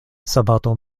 sabato